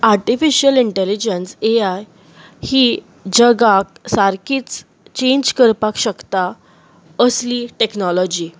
artificial intelligence A I ही जगाक सारकीच चेंज करपाक शकता असली टॅक्नोलॉजी